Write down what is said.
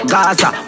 Gaza